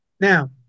Now